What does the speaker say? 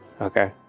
Okay